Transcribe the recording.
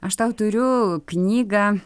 aš tau turiu knygą